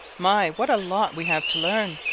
my, what a lot we have to learn!